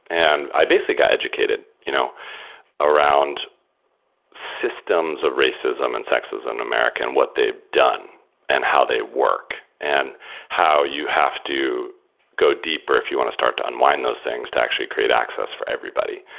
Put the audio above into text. i basically got educated you know around systems of racism and sexism in america and what they've done and how they work and how you have to go deeper if you want to start to unwind those things to actually create access for everybody.